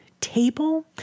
table